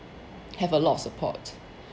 have a lot of support